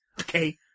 okay